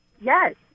Yes